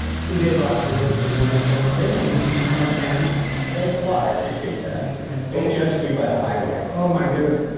c j. box, your books are wonderful. thank you. i've become a fan thanks a lot, i appreciate that. don't judge me by, the highway. oh my goodness,